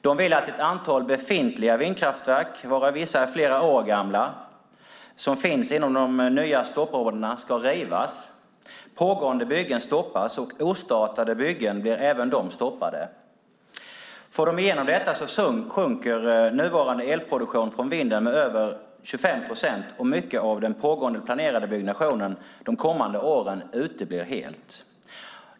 De vill att ett antal befintliga vindkraftverk, varav vissa är flera år gamla, som finns inom de nya stoppområdena ska rivas, pågående byggen stoppas och ostartade byggen blir även de stoppade. Får de igenom detta så sjunker nuvarande elproduktion från vinden med över 25 procent och mycket av den pågående och planerade byggnationen de kommande åren uteblir.